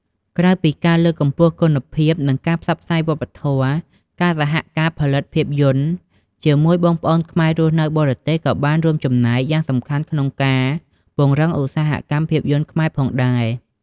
ក្រៅពីការលើកកម្ពស់គុណភាព និងការផ្សព្វផ្សាយវប្បធម៌ ការសហការផលិតភាពយន្តជាមួយបងប្អូនខ្មែររស់នៅបរទេស ក៏បានរួមចំណែកយ៉ាងសំខាន់ក្នុងការ ពង្រឹងឧស្សាហកម្មភាពយន្តខ្មែរ ផងដែរ។